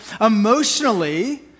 emotionally